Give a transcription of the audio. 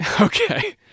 Okay